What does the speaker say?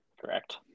Correct